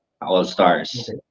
All-Stars